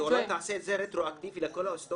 היא תחיל את זה רטרואקטיבית על כל ההיסטוריה.